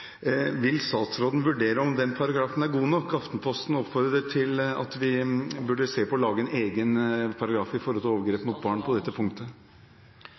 Vil statsråden vurdere om den paragrafen er god nok? Aftenposten oppfordret til at vi burde se på å lage en egen paragraf som gjelder overgrep mot barn på dette punktet.